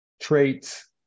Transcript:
traits